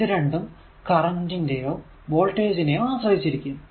ഇത് രണ്ടും കറന്റ് നെയോ വോൾടേജ് നെയോ ആശ്രയിച്ചിരിക്കും